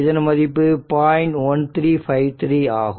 1353 ஆகும்